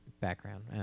background